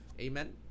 Amen